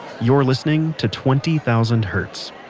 you're listening to twenty thousand hertz.